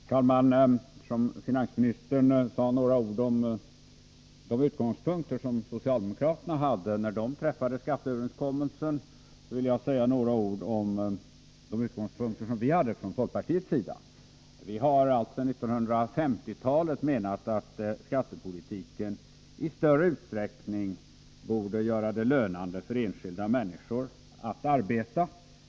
Herr talman! Eftersom finansministern sade några ord om de utgångspunkter som socialdemokraterna hade när de träffade skatteöverenskommelsen vill jag säga några ord om de utgångspunkter vi från folkpartiets sida hade. Vi har alltsedan 1950-talet menat att skattepolitiken i större utsträckning borde göra det lönande för enskilda människor att arbeta.